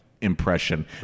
Impression